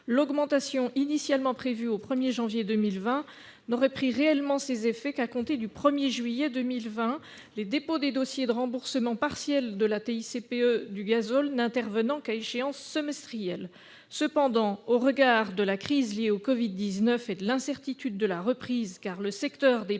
L'augmentation, initialement prévue au 1 janvier 2020, ne prendra réellement effet qu'à compter du 1 juillet de la même année, les dépôts des dossiers de remboursement partiel de la TICPE du gazole n'intervenant qu'à échéance semestrielle. Toutefois, au regard de la crise liée au Covid-19 et de l'incertitude de la reprise, car le secteur